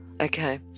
okay